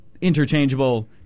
interchangeable